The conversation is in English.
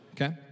okay